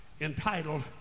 entitled